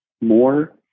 more